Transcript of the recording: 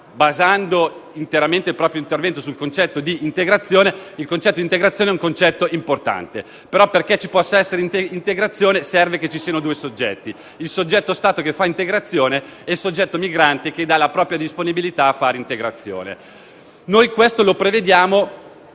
basando interamente il proprio intervento sul concetto di integrazione. Il concetto integrazione è un concetto importante. Però, perché ci possa essere integrazione, serve che ci siano due soggetti: il soggetto Stato che fa integrazione e il soggetto migrante che dà la propria disponibilità a fare integrazione. Noi questo lo prevediamo